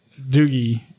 Doogie